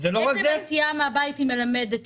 עצם היציאה מהבית היא מלמדת,